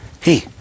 hey